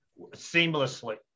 seamlessly